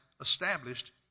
established